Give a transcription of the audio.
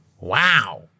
Wow